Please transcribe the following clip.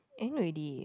end already